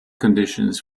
conditions